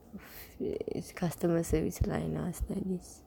it's customer service line ah make us like this